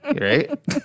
right